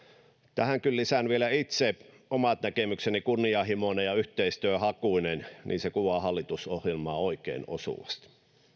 tähän kun lisään vielä itse omat näkemykseni kunnianhimoinen ja yhteistyöhakuinen niin se kuvaa hallitusohjelmaa oikein osuvasti